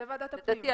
זה ועדת הפנים.